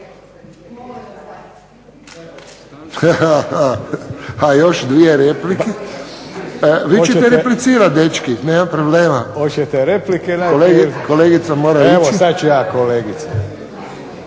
Još dvije replike. Vi ćete replicirati dečki, nema problema. Kolegica mora ići. **Tomljanović,